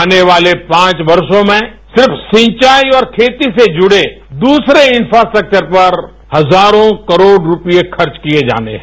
आने वाले पांच वर्षो में सिर्फ सिंचाई और खेती से जुड़े दूसरे इन्फ्रास्ट्राक्चर पर हजारों करोड़ रूपये खर्च किये जाने हैं